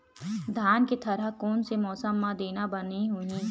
धान के थरहा कोन से मौसम म देना बने होही?